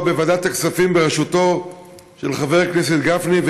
בוועדת הכספים בראשותו של חבר הכנסת גפני,